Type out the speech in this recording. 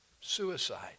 Suicide